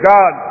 God